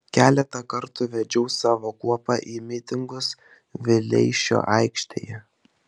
keletą kartų vedžiau savo kuopą į mitingus vileišio aikštėje